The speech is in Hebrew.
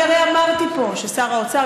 הרי אמרתי פה ששר האוצר,